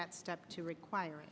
that step to requir